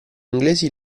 inglesi